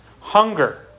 hunger